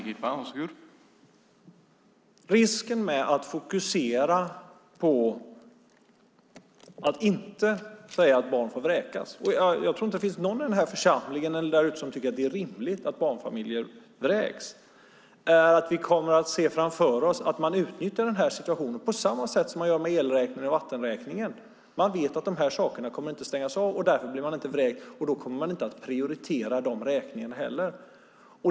Herr talman! Jag tror inte att det finns någon i den här församlingen eller därute som tycker att det är rimligt att barnfamiljer vräks, men risken med att säga att barn inte får vräkas är att man utnyttjar detta på precis samma sätt som man gör med el och vattenräkningarna. Man vet att el och vatten inte kommer att stängas av, och om man också vet att man inte kommer att bli vräkt kommer man inte heller att prioritera de räkningarna.